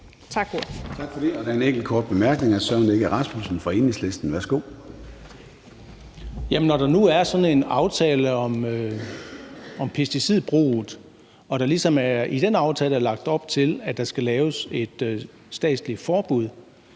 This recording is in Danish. Tak for det. Der er en enkelt kort bemærkning. Hr. Søren Egge Rasmussen fra Enhedslisten. Værsgo. Kl. 13:23 Søren Egge Rasmussen (EL): Når der nu er sådan en aftale om pesticidbruget og der i den aftale er lagt op til, at der skal laves et statsligt forbud,